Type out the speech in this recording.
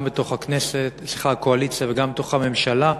גם בתוך הקואליציה וגם בתוך הממשלה,